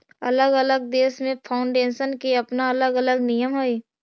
अलग अलग देश में फाउंडेशन के अपना अलग अलग नियम हई